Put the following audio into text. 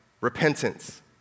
repentance